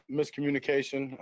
miscommunication